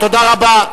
תודה רבה.